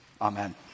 Amen